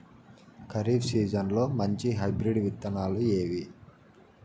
ఖరీఫ్ సీజన్లలో మంచి హైబ్రిడ్ విత్తనాలు ఏవి